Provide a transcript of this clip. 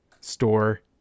store